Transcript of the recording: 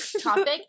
Topic